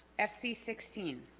fc sixteen